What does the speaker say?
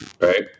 Right